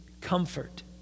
comfort